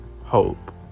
hope